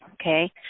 Okay